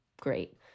great